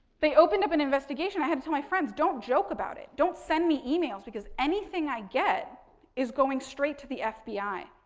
they opened up an investigation. i had to tell my friends don't joke about it, don't send me emails because anything i get is going straight to the fbi.